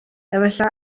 efallai